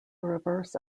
reverse